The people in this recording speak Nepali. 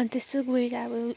अन्त यस्तो गएर अब